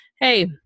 hey